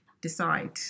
decide